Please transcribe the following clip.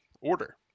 order